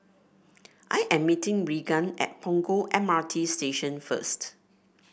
I am meeting Reagan at Punggol M R T Station first